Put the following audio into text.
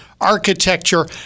Architecture